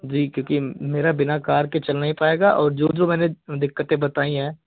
जी क्योंकि मेरा बिना कार के चल नहीं पाएगा और जो जो मैंने दिक्कतें बताई है